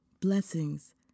blessings